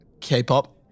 K-pop